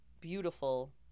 Beautiful